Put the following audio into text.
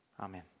Amen